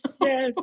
yes